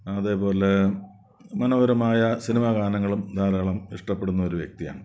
അതേപോലെ മനോഹരമായ സിനിമ ഗാനങ്ങളും ധാരാളം ഇഷ്ടപ്പെടുന്നൊരു വ്യക്തിയാണ്